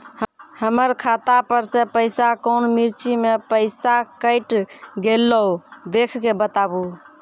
हमर खाता पर से पैसा कौन मिर्ची मे पैसा कैट गेलौ देख के बताबू?